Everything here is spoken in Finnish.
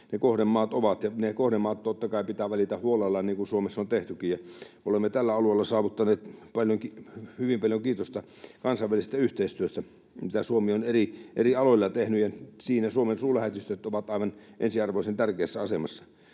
ne kohdemaat ovat, ja ne kohdemaat totta kai pitää valita huolella, niin kuin Suomessa on tehtykin. Olemme tällä alueella saavuttaneet hyvin paljon kiitosta siitä kansainvälisestä yhteistyöstä, mitä Suomi on eri aloilla tehnyt, ja siinä Suomen suurlähetystöt ovat aivan ensiarvoisen tärkeässä asemassa.